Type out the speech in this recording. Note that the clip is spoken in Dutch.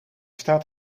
staat